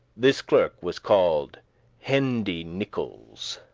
this clerk was called hendy nicholas